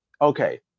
Okay